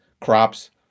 crops